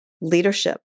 leadership